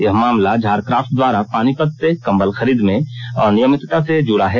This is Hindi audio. यह मामला झारकाफ्ट द्वारा पानीपत से कंबल खरीद में अनियमितता से जुड़ा है